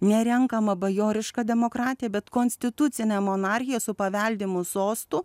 ne renkamą bajorišką demokratiją bet konstitucinę monarchiją su paveldimu sostu